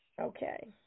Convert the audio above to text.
Okay